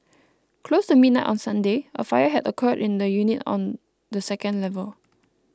close to midnight on Sunday a fire had occurred in a unit on the second level